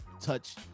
touch